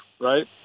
right